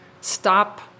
stop